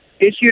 issued